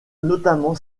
notamment